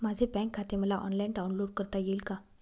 माझे बँक खाते मला ऑनलाईन डाउनलोड करता येईल का?